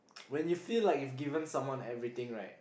when you feel like you've given someone everything right